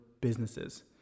businesses